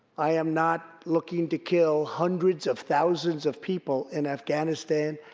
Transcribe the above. i am not looking to kill hundreds of thousands of people in afghanistan,